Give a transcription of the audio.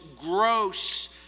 gross